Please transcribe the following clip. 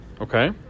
Okay